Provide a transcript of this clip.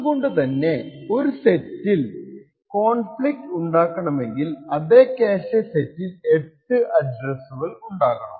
അതുകൊണ്ടു തന്നെ ഒരു സെറ്റിൽ കോൺഫ്ലിക്റ് ഉണ്ടാക്കണമെങ്കിൽ അതേ ക്യാഷെ സെറ്റിൽ 8 അഡ്രെസ്സുകൾ ഉണ്ടാകണം